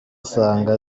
usanga